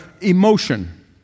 emotion